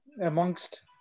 amongst